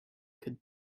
could